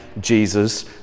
Jesus